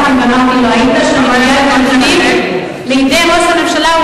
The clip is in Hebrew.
לידי ראש הממשלה,